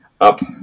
up